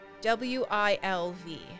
W-I-L-V